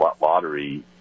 lottery